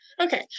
Okay